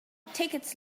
tickets